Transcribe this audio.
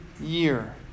year